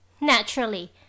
naturally